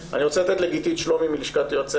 אני רוצה לגיתית שלומי מלשכת יועצי